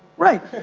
right.